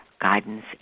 guidance